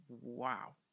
wow